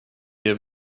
year